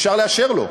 אפשר לאשר לו,